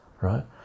right